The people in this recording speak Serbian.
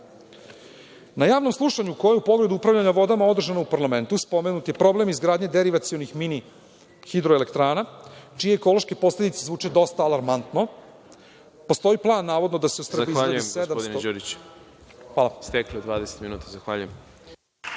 javnom slušanju, koje je u pogledu upravljanja vodama održano u parlamentu, spomenut je problem izgradnje derivacionih mini hidroelektrana, čije ekološke posledice zvuče dosta alarmantno. Postoji plan, navodno, da se… **Đorđe Milićević** Zahvaljujem, gospodine Đuriću. Isteklo je 20 minuta. Reč